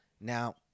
Now